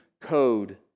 code